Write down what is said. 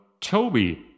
Toby